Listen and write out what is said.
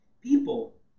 People